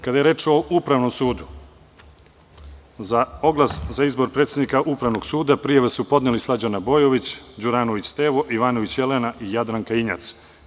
Kada je reč o Upravnom sudu, za oglas za izbor predsednika Upravnog suda prijave su podneli: Slađana Bojović, Stevo Đuranović, Jelena Ivanović i Jadranka Injac.